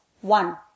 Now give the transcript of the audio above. one